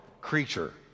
creature